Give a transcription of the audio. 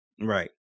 Right